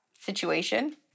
situation